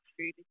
food